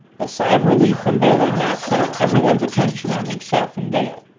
a sigh of relief from bailey now centered everyone's attention on himself and dale.